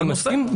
אני מסכים.